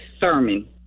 Thurman